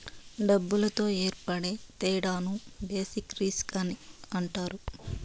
డబ్బులతో ఏర్పడే తేడాను బేసిక్ రిస్క్ అని అంటారు